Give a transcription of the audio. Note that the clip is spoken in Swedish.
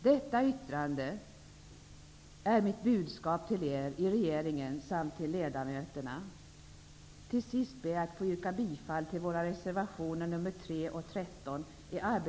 Detta yttrande är mitt budskap till er i regeringen samt till ledamöterna. Jag ber att få yrka bifall till våra reservationer nr 3